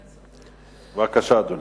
בבקשה, אדוני.